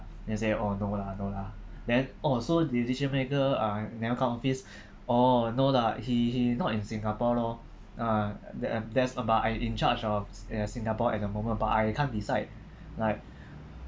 he said oh no lah no lah then oh so decision maker uh never come office oh no lah he he not in singapore lor ah that uh that's but I in charge of uh singapore at the moment but I can't decide like